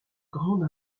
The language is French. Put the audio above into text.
grande